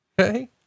Okay